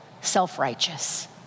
self-righteous